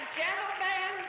gentlemen